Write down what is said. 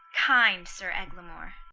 kind sir eglamour.